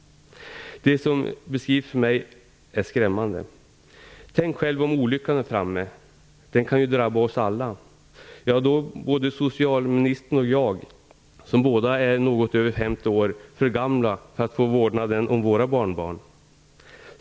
Det som beskrivs för mig är skrämmande. Tänk själv om olyckan är framme! Den kan drabba oss alla. Ja, då är både socialministern och jag, som båda är något över 50 år, för gamla för att få vårdnaden om våra barnbarn.